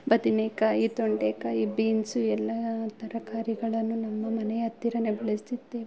ಬದನೇಕಾಯಿ ತೊಂಡೆಕಾಯಿ ಬೀನ್ಸು ಎಲ್ಲ ತರಕಾರಿಗಳನ್ನು ನಮ್ಮ ಮನೆ ಹತ್ತಿರನೇ ಬೆಳೆಸುತ್ತೇನೆ